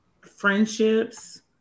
friendships